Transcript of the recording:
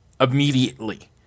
Immediately